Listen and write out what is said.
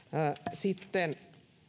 sitten